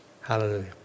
Hallelujah